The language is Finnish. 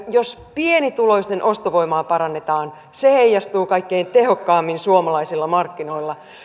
jos pienituloisten ostovoimaa parannetaan se heijastuu kaikkein tehokkaimmin suomalaisilla markkinoilla